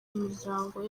imiryango